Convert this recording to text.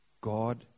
God